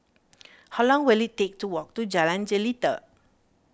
how long will it take to walk to Jalan Jelita